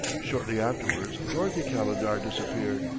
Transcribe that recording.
shortly afterwards dorothy calendar disappeared.